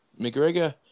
McGregor